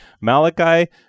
Malachi